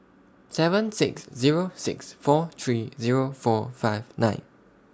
seven six Zero six four three Zero four five nine